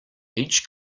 each